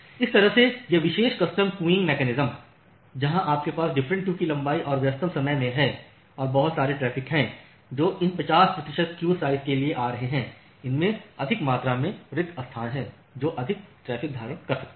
इस तरह से यह विशेष कस्टम क्यूइंग मैकेनिज्म जहां आपके पास डिफरेंट क्यू की लंबाई और व्यस्ततम समय में है और बहुत सारे ट्रैफ़िक हैं जो इन 50 प्रतिशत क्यू साइज के लिए आ रहे हैं इसमें अधिक मात्रा में रिक्त स्थान हैं जो अधिक ट्रैफ़िक धारण कर सकते हैं